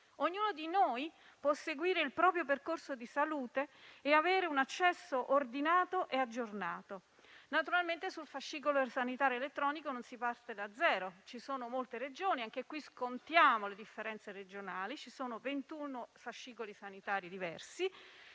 Ognuno di noi può seguire il proprio percorso di salute e avere un accesso ordinato e aggiornato. Naturalmente sul fascicolo sanitario elettronico non si parte da zero. Ci sono molte Regioni e, quindi, anche qui scontiamo le differenze regionali. Ci sono 21 fascicoli sanitari diversi,